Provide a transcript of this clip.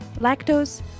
lactose